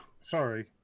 sorry